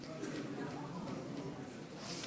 הצעת